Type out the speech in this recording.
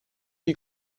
qui